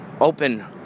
open